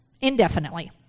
indefinitely